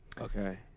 Okay